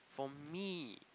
for me